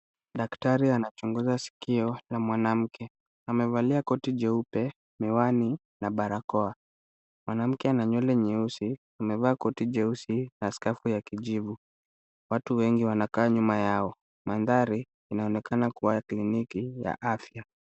Daktari anachunguza sikio la mwanamke. Amevalia koti jeupe, miwani na barakoa. Mwanamke ana nywele nyeusi, amevaa koti jeusi na skafu ya kijivu. Watu wengi wanakaa nyuma yao. Mandhari inaonekana kuwa ya kliniki ya afya.